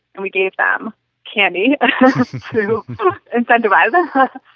and we gave them candy to incentivize them.